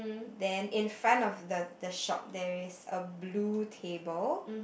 then in front of the the shop there is a blue table